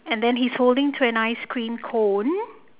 and then he is holding to an ice cream cone